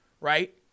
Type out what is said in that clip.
Right